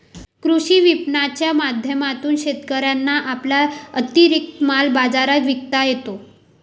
कृषी विपणनाच्या माध्यमातून शेतकऱ्यांना आपला अतिरिक्त माल बाजारात विकता येतो